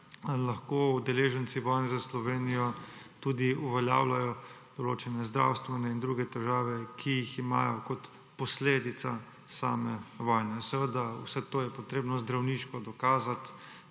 lahko udeleženci vojne za Slovenijo tudi uveljavljajo določene zdravstvene in druge težave, ki jih imajo kot posledico same vojne. Vse to je treba zdravniško dokazati